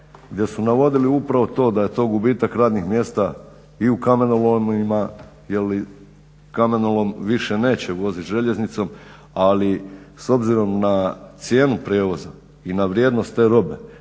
gdje su navodili upravo to da je to gubitak radnih mjesta i u kamenolomima jer kamenolom više neće vozit željeznicom. Ali s obzirom na cijenu prijevoza i na vrijednost te robe